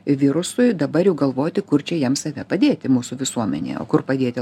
virusui dabar jau galvoti kur čia jiem save padėti mūsų visuomenėje o kur padėti